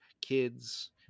kids